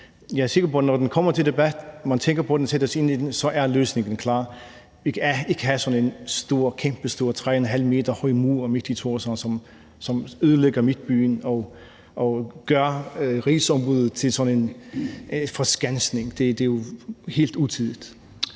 kommer til debat og man tænker på den og sætter sig ind i den, så er løsningen klar. Vi kan ikke have sådan en kæmpestor 3,5 m høj mur midt i Thorshavn, som ødelægger midtbyen og gør Rigsombuddet til sådan en forskansning; det er jo helt utidigt.